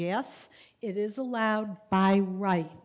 yes it is allowed by right